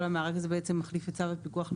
כל המארג הזה בעתם מחליף את צו הפיקוח על